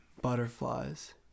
butterflies